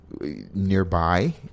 nearby